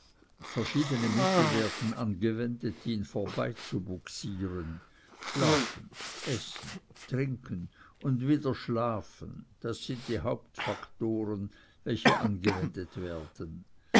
verschiedene mittel werden angewendet ihn vorbeizubugsieren schlafen essen trinken und wieder schlafen das sind die hauptfaktoren welche angewendet werden